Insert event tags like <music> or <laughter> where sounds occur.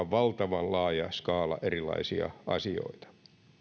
<unintelligible> valtavan laaja skaala erilaisia asioita